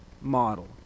model